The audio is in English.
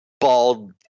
bald